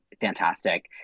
fantastic